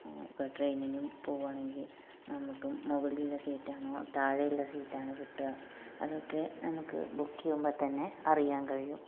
ഇപ്പോൾ ട്രെയിനിന് പോയുവാണെങ്കില് നമുക്ക് മുകളിലെ സീറ്റ് ആണോ താഴെയുള്ള സീറ്റ് ആണോ കിട്ടുക അതൊക്കെ നമുക്ക് ബുക്ക് ചെയ്യുമ്പോൾ തന്നെ അറിയാന് കഴിയും